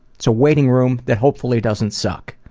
it's a waiting room that hopefully doesn't suck.